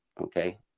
okay